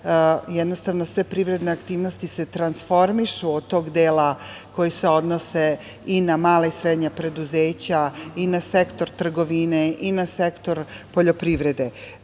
jednostavno sve privredne aktivnosti transformišu od tog dela, koje se odnose i na mala i srednja preduzeća i na sektor trgovine i na sektor poljoprivrede. Finansijski